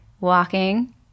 walking